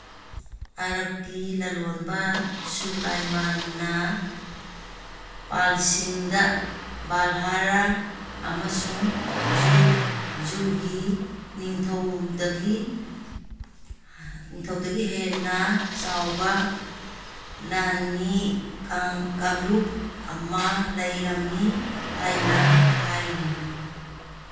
ꯑꯔꯥꯞꯀꯤ ꯂꯂꯣꯟꯕ ꯁꯨꯂꯥꯏꯃꯥꯟꯅ ꯄꯥꯜꯁꯤꯡꯗ ꯚꯥꯜꯍꯥꯔꯥ ꯑꯃꯁꯨꯡ ꯖꯨꯔꯒꯤ ꯅꯤꯡꯊꯧꯗꯒꯤ ꯅꯤꯡꯊꯧꯗꯒꯤ ꯍꯦꯟꯅ ꯆꯥꯎꯕ ꯂꯥꯟꯃꯤ ꯀꯥꯡꯂꯨꯞ ꯑꯃ ꯂꯩꯔꯝꯃꯤ ꯍꯥꯏꯅ ꯍꯥꯏꯔꯤ